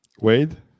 Wade